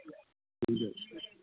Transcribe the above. ঠিক আছে